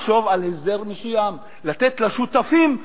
אפשר לחשוב על הסדר מסוים שיאפשר לשותפים להחליט.